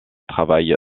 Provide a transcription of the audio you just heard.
travail